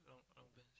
long long pants